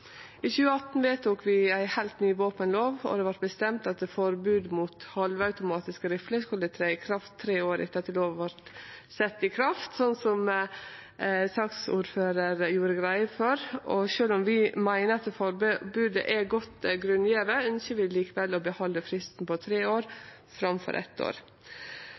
I 2018 vedtok vi ei heilt ny våpenlov, og det vart bestemt at eit forbod mot halvautomatiske rifler skulle tre i kraft tre år etter at lova vart sett i kraft, noko som saksordføraren gjorde greie for, og sjølv om vi meiner at forbodet er godt grunngjeve, ønskjer vi likevel å behalde fristen på tre år framfor eitt år.